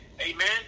amen